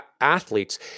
athletes